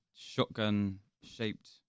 shotgun-shaped